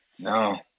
No